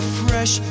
fresh